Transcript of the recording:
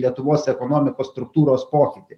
lietuvos ekonomikos struktūros pokytį